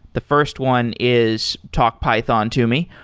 the first one is talk python to me.